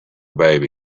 baby